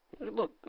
Look